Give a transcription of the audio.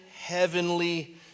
heavenly